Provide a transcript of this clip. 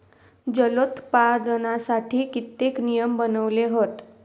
जलोत्पादनासाठी कित्येक नियम बनवले हत